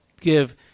give